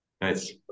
Nice